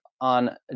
on